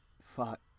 fuck